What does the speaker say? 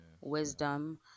wisdom